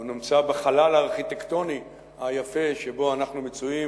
הוא נמצא בחלל הארכיטקטוני היפה שבו אנחנו מצויים,